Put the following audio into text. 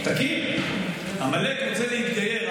עמלק רוצה להתגייר,